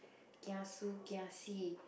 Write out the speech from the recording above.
kiasu kiasi